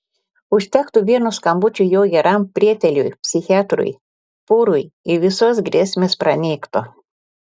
užtektų vieno skambučio jo geram prieteliui psichiatrui pūrui ir visos grėsmės pranyktų